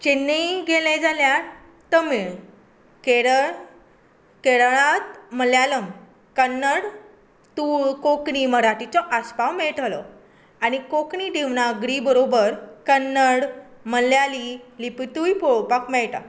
चेन्नई गेलें जाल्यार तमीळ केरळ केरळांत मल्यालम कन्नड तूळ कोंकणी मराठीचो बी आसपाव मेळटलो आनी कोंकणी देवनागरी बरोबर कन्नड मल्याली लिपितूय पळोपाक मेळटा